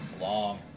Long